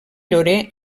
llorer